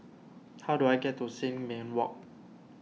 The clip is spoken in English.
how do I get to Sin Ming Walk